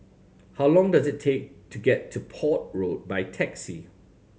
how long does it take to get to Port Road by taxi